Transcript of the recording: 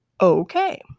Okay